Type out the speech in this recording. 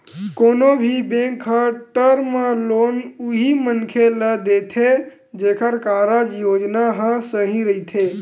कोनो भी बेंक ह टर्म लोन उही मनखे ल देथे जेखर कारज योजना ह सही रहिथे